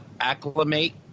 acclimate